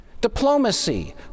Diplomacy